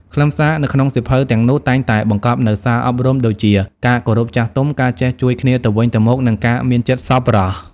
ខ្លឹមសារនៅក្នុងសៀវភៅទាំងនោះតែងតែបង្កប់នូវសារអប់រំដូចជា ការគោរពចាស់ទុំ ការចេះជួយគ្នាទៅវិញទៅមក និងការមានចិត្តសប្បុរស។